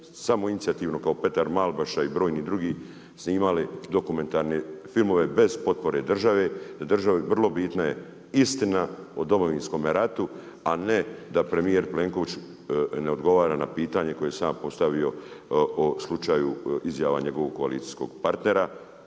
samoinicijativno kao Petar Malbaša i brojni drugi snimali dokumentarne filme bez potpore države, da je državi vrlo bitna istina o Domovinskome ratu, a ne da premjer Plenković ne odgovara na pitanje koje je sam postavio o slučaju izjava njegovog koalicijskog partnera,